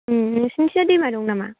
उम नोंसिनिथिंजाय दैमा दं नामा